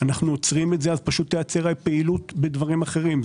פשוט תיעצר פעילות בדברים אחרים.